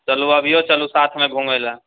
चलु अबिओ चलु साथमे घुमयलऽ